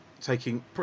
taking